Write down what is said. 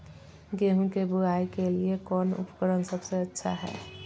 गेहूं के बुआई के लिए कौन उपकरण सबसे अच्छा है?